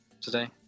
today